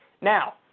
Now